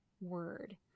word